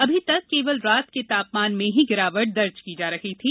अभी तक केवल रात के तापमान में ही गिरावट दर्ज की जा रही थी